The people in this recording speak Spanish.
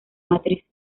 matrices